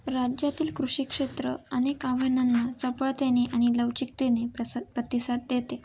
राज्यातील कृषी क्षेत्र अनेक आव्हानांना चपळतेने आणि लवचिकतेने प्रसद प्रतिसाद देते